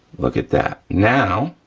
look at that. now,